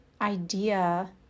idea